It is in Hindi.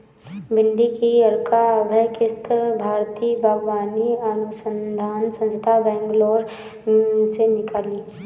भिंडी की अर्का अभय किस्म भारतीय बागवानी अनुसंधान संस्थान, बैंगलोर ने निकाली